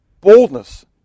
boldness